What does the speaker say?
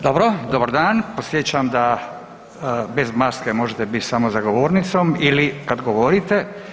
Dobro, dobar dan, podsjećam da bez maske možete bit samo za govornicom ili kad govorite.